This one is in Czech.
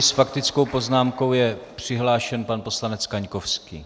S faktickou poznámkou je přihlášen pan poslanec Kaňkovský.